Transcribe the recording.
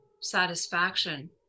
satisfaction